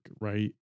right